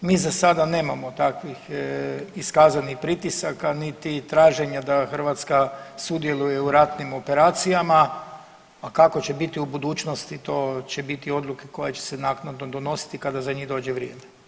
Mi za sada nemamo takvih iskazanih pritisaka niti traženja da Hrvatska sudjeluje u ratnim operacijama, a kako će biti u budućnosti to će biti odluke koje će se naknadno donositi kada za njih dođe vrijeme.